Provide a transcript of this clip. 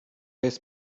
jest